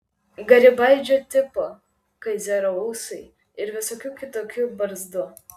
garibaldžio tipo kaizerio ūsai ir visokių kitokių barzdų